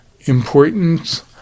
importance